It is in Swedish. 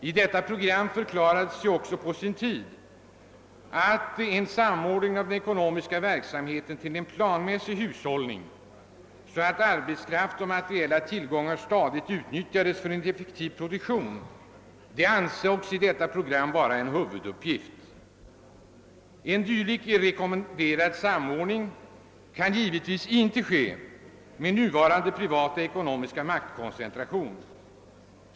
I detta program förklarades det också på sin tid vara en huvuduppgift, att en samordning av den ekonomiska verksamheten till en planmässig hushållning sker, så att arbetskraft och materiella tillgångar stadigt utnyttjas för en effektiv produktion. Denna rekommenderade samordning kan givetvis inte komma till stånd med nuvarande privata ekonomiska maktkoncentration.